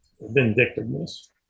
vindictiveness